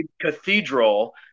cathedral